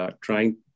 trying